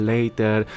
Later